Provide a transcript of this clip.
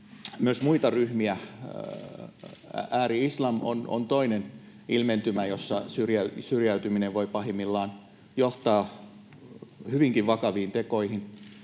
Myös muita ryhmiä on. Ääri-islam on toinen ilmentymä, jossa syrjäytyminen voi pahimmillaan johtaa hyvinkin vakaviin tekoihin.